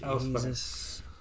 Jesus